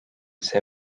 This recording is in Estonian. see